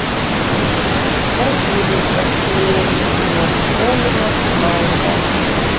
tuomet dar giliau pasinėriau į ieškojimą maldą